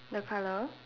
the colour